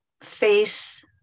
face